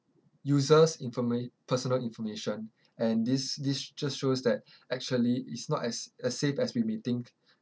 users informa~ personal information and this this just shows that actually it's not as safe as we may think